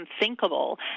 unthinkable